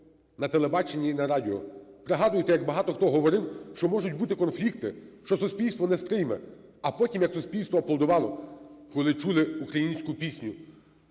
на телебаченні і на радіо, пригадуєте, як багато хто говорив, що можуть бути конфлікти, що суспільство не сприйме. А потім як суспільство аплодувало, коли чули українську пісню